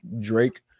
Drake